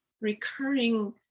recurring